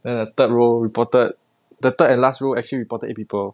then a third row reported the third and last row actually reportedly eight people